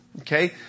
Okay